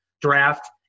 draft